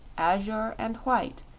azure, and white,